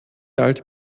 alt